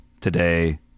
today